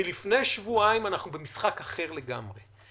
מלפני שבועיים אנחנו במשחק אחר לגמרי.